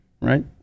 right